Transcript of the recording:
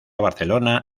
barcelona